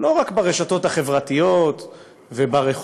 לא רק ברשתות החברתיות וברחוב,